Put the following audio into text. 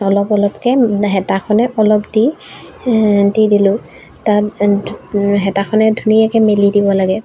অলপ অলপকৈ হেতাখনে অলপ দি দি দিলোঁ তাত হেতাখনে ধুনীয়াকৈ মেলি দিব লাগে